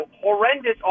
horrendous